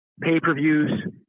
pay-per-views